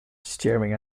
staring